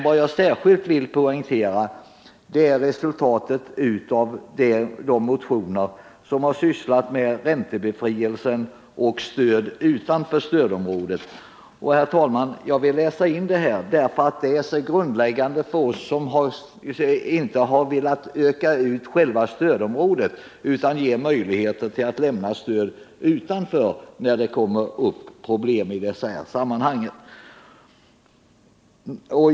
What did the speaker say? Vad jag särskilt vill poängtera är resultatet av de motioner som har gällt räntebefrielse och stöd utanför stödområdet. Detta är grundläggande för oss som inte har velat utöka själva stödområdet utan vill att det skall finnas möjligheter att ge stöd utanför detta område, när det uppstår problem i dessa sammanhang.